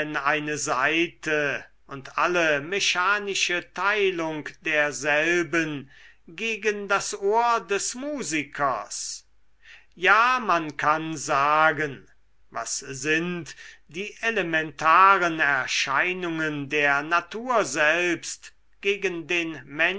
eine saite und alle mechanische teilung derselben gegen das ohr des musikers ja man kann sagen was sind die elementaren erscheinungen der natur selbst gegen den